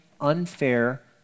unfair